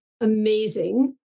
amazing